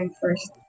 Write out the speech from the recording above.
first